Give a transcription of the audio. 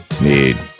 need